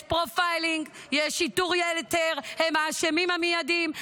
יש פרופיילינג, יש שיטור יתר, הם האשמים המיידיים.